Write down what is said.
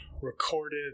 recorded